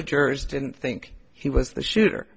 the jurors didn't think he was the shooter